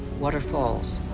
waterfalls,